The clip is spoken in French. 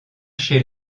chez